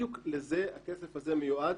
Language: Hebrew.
בדיוק לזה הכסף הזה מיועד,